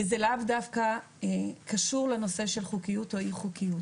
וזה לאו דווקא קשור לנושא של חוקיות או אי-חוקיות